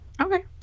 Okay